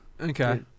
Okay